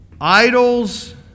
idols